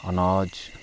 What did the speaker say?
अनाज